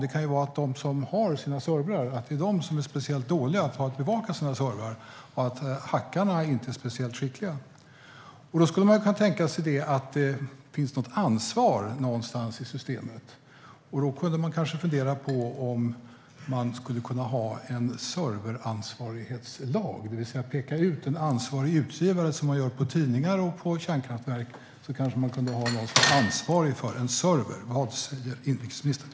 Det kan vara så att det är de som har servrar som är speciellt dåliga på att bevaka sina servrar och att hackarna inte är speciellt skickliga. Man skulle kunna tänka sig att det finns något ansvar någonstans i systemet. Man kunde kanske fundera på om man skulle kunna ha en serveransvarighetslag, det vill säga att peka ut en ansvarig utgivare som man gör för tidningar och en ansvarig som för kärnkraftverk. Man skulle kanske kunna ha någon som är ansvarig för en server. Vad säger inrikesministern?